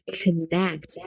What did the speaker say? connect